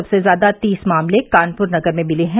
सबसे ज्यादा तीस मामले कानपुर नगर में मिले हैं